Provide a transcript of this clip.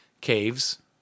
caves